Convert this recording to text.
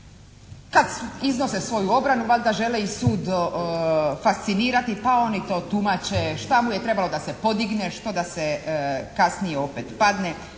Kad iznose svoju obranu valjda žele i sud fascinirati pa oni to tumače šta mu je trebalo da se podigne, što da kasnije opet padne